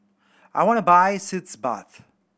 I want to buy Sitz Bath